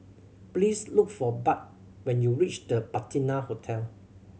please look for Budd when you reach The Patina Hotel